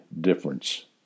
difference